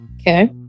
Okay